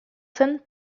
zen